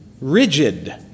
rigid